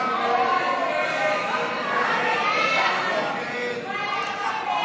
ההצעה להעביר את הצעת חוק התרבות והאומנות (תיקון מס'